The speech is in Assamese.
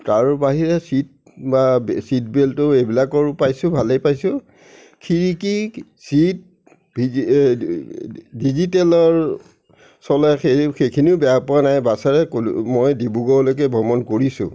তাৰ বাহিৰে চিট বা চিটবেল্টৰ সেইবিলাকৰো পাইছোঁ ভালেই পাইছোঁ খিৰিকী চিট ডিজিটেলৰ চলে সেই সেইখিনিও বেয়া পোৱা নাই বাছেৰে ক'লো মই ডিব্ৰুগড়লৈকে ভ্ৰমণ কৰিছোঁ